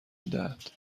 میدهد